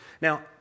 Now